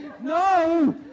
No